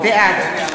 בעד